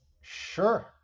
Sure